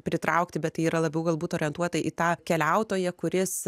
pritraukti bet tai yra labiau galbūt orientuota į tą keliautoją kuris